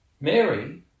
Mary